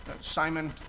Simon